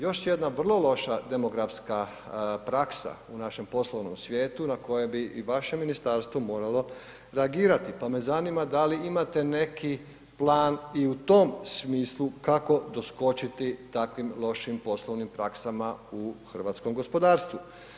Još jedna vrlo loša demografska praksa u našem poslovnom svijetu na koje bi i vaše ministarstvo moralo reagirati pa me zanima da li imate neki plan i u tom smislu kako doskočiti takvim lošim poslovnim praksama u hrvatskom gospodarstvu.